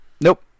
Nope